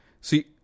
See